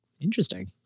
Interesting